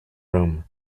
room